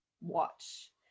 watch